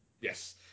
Yes